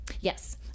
Yes